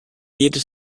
jede